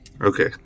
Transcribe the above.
Okay